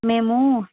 మేము